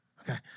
Okay